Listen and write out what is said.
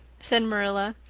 said marilla.